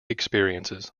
experiences